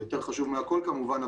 זה יותר חשוב מהכול כמובן,